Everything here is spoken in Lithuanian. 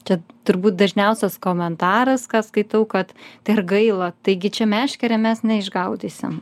čia turbūt dažniausias komentaras ką skaitau kad tai ar gaila taigi čia meškere mes neišgaudysim